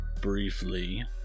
briefly